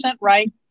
right